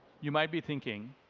you might be thinking,